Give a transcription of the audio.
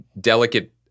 delicate